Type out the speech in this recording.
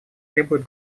требует